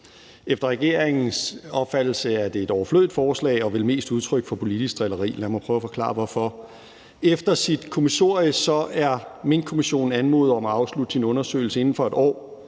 Efter regeringens opfattelse er det et overflødigt forslag og vel mest udtryk for politisk drilleri. Lad mig prøve at forklare hvorfor. Efter sit kommissorium er Minkkommissionen anmodet om at afslutte sin undersøgelse inden for 1 år